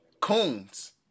Coons